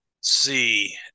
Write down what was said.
see